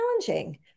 challenging